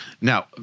Now